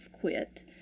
quit